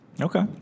Okay